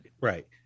right